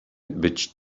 być